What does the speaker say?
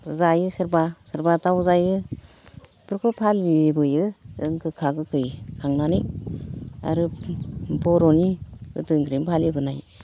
जायो सोरबा सोरबा दाव जायो बेफोरखौ फालिबोयो जों गोखा गोखै खांनानै आरो बर'नि गोदोनिफ्रायनो फालिबोनाय